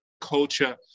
culture